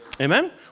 Amen